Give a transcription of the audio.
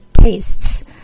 tastes